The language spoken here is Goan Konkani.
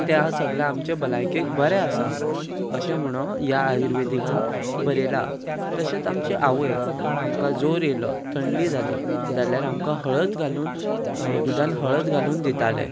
ते सगळे आमचे भलायकेक बरे आसा अशें म्हणून ह्या आयुर्वेदिकान बरयलां तशेंच आमची आवय आमकां जोर येयलो थंडी जाली जाल्यार आमकां हळद घालून दुदान हळद घालून दिताले